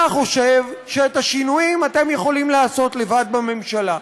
אתה חושב שאת השינויים אתם יכולים לעשות לבד בממשלה.